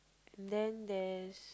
and then there's